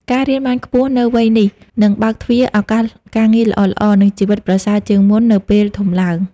ការរៀនបានខ្ពស់នៅវ័យនេះ នឹងបើកទ្វារឱកាសការងារល្អៗ និងជីវិតប្រសើរជាងមុននៅពេលធំឡើង ។